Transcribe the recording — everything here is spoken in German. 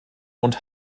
und